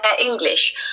English